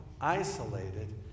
isolated